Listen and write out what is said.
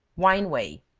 wine whey.